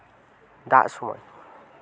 ᱫᱟᱜ ᱥᱚᱢᱚᱭ